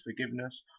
forgiveness